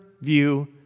view